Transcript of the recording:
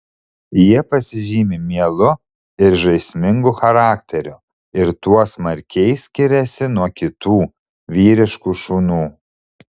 jie pasižymi mielu ir žaismingu charakteriu ir tuo smarkiai skiriasi nuo kitų vyriškų šunų